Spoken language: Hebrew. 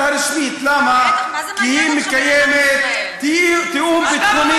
הוספתי לך שתי דקות.